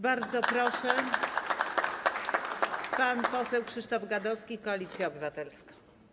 Bardzo proszę, pan poseł Krzysztof Gadowski, Koalicja Obywatelska.